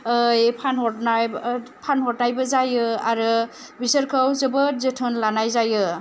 फानहरनायबो जायो आरोे बिसोरखौ जोबोद जोथोन लानाय जायो